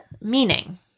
meaning